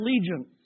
allegiance